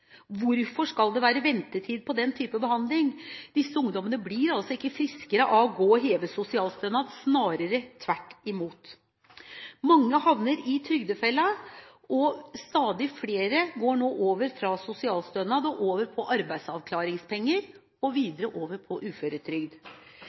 Hvorfor skal det være ventetid på den type behandling? Disse ungdommene blir ikke friskere av å heve sosialstønad, snarere tvert imot. Mange havner i trygdefella, og stadig flere går nå over fra sosialstønad til arbeidsavklaringspenger, og videre over på